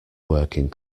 working